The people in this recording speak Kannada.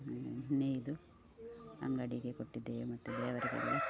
ನೇಯ್ದು ಅಂಗಡಿಗೆ ಕೊಟ್ಟಿದ್ದೇವೆ ಮತ್ತು ದೇವರಿಗೆಲ್ಲ